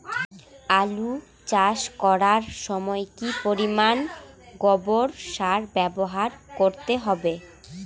আলু চাষ করার সময় কি পরিমাণ গোবর সার ব্যবহার করতে হবে?